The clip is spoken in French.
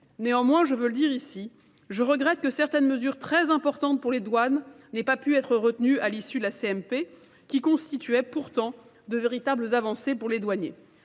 Néanmoins, je veux le dire ici, je regrette que certaines mesures très importantes pour les douanes n'aient pas pu être retenues à l'issue de la CMP, qui constituait pourtant de véritables avancées pour les douaniers.